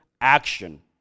action